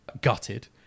gutted